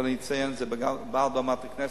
אבל אני אציין זאת מעל בימת הכנסת,